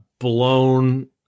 blown